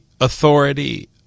authority